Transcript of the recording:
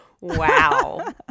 Wow